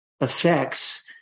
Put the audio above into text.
effects